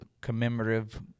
commemorative